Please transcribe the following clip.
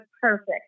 perfect